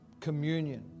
communion